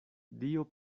dio